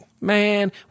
man